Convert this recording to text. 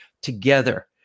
together